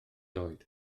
oed